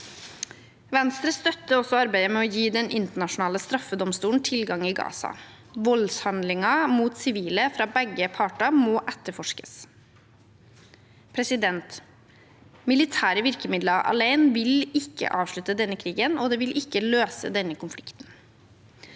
Venstre støtter også arbeidet med å gi Den internasjonale straffedomstolen tilgang i Gaza. Voldshandlinger mot sivile fra begge parter må etterforskes. Militære virkemidler alene vil ikke avslutte denne krigen, og det vil ikke løse denne konflikten.